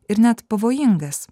ir net pavojingas